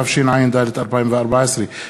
התשע"ד 2014,